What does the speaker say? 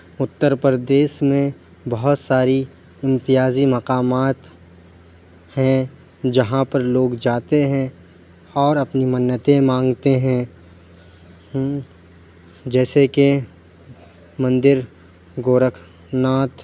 اُتر پردیش میں بہت ساری امتیازی مقامات ہیں جہاں پر لوگ جاتے ہیں اور اپنی منتیں مانگتے ہیں جیسے کہ مندر گورکھ ناتھ